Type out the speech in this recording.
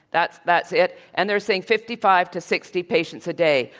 that's that's it. and they're seeing fifty five to sixty patients a day.